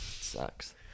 sucks